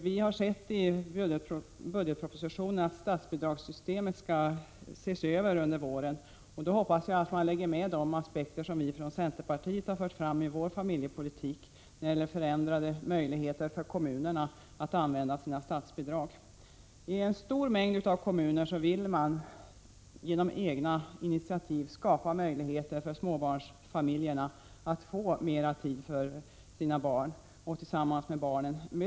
Vi har sett i budgetpropositionen att statsbidragssystemet skall ses över under våren. Vi hoppas att man då beaktar de aspekter som vi från centerpartiet har fört fram i vår familjepolitik när det gäller förändrade möjligheter för kommunerna att använda sina statsbidrag. I många kommuner vill man genom egna initiativ skapa möjligheter för småbarnsföräldrarna att få mera tid att vara tillsammans med barnen.